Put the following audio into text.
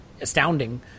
astounding